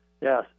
Yes